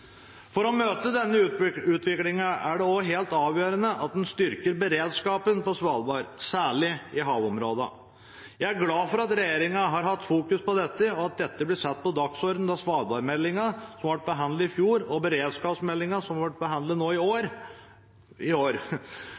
For å møte denne utviklingen er det også helt avgjørende at en styrker beredskapen på Svalbard, særlig i havområdene. Jeg er glad for at regjeringen har hatt fokus på dette, og at dette ble satt på dagsordenen da svalbardmeldingen ble behandlet i fjor, og i beredskapsmeldingen, som ble behandlet i år. I